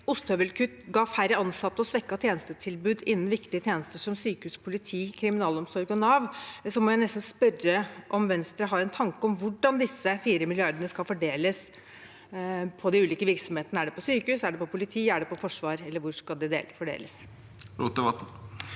ostehøvelkutt ga færre ansatte og svekket tjenestetilbudet innen viktige tjenester som sykehus, politi, kriminalomsorg og Nav, må jeg nesten spørre om Venstre har en tanke om hvordan disse fire milliardene skal fordeles på de ulike virksomhetene. Er det på sykehus, er det på politi, eller er det på forsvar? Hvordan skal det fordeles? Sveinung